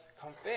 confess